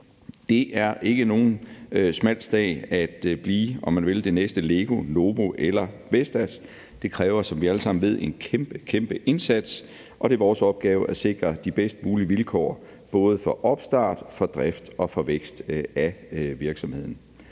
det er ikke nogen smal sag at blive, om man vil, det næste LEGO, Novo Nordisk eller Vestas. Det kræver, som vi alle sammen ved, en kæmpe, kæmpe indsats, og det er vores opgave at sikre de bedst mulige vilkår, både for opstart, for drift og for vækst af virksomheden.